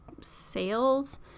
sales